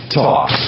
talk